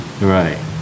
right